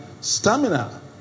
Stamina